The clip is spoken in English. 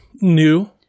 new